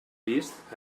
vist